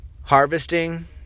harvesting